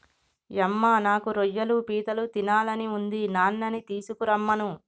యమ్మ నాకు రొయ్యలు పీతలు తినాలని ఉంది నాన్ననీ తీసుకురమ్మను